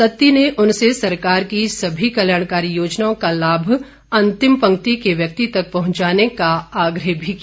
सत्ती ने उनसे सरकार की सभी कल्याणकारी योजनाओं का लाभ अंतिम पंक्ति के व्यक्ति तक पहुंचाने का आग्रह किया